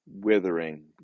withering